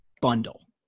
bundle